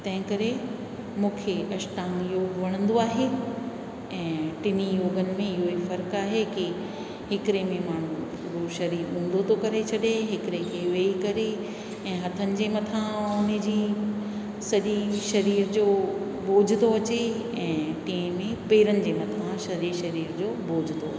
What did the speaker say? तंहिं करे मूंखे अष्टांग योग वणंदो आहे ऐं टिनी योगनि में इहो ई आहे फ़र्क़ु हिकिड़े में माण्हू शरीर ऊंधो थो करे छॾे हिकिड़े खे वेई करे ऐं हथनि जे मथां उन जी सॼी शरीर जो बोझ थो अचे ऐं टें में पेरनि जे मथां सॼे शरीर जो बोझ थो अचे